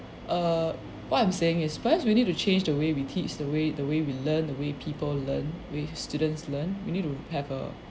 err what I'm saying is first we need to change the way we teach the way the way we learn the way people learn the way students learn we need to have a